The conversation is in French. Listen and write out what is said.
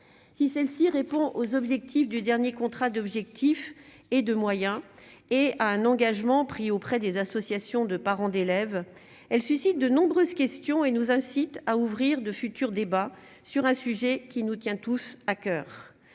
si celle-ci répond aux objectifs du dernier contrat d'objectifs et de moyens et à un engagement pris auprès des associations de parents d'élèves, elle suscite de nombreuses questions et nous incite à ouvrir de futur débat sur un sujet qui nous tient tous à coeur,